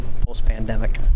post-pandemic